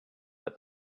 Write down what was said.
that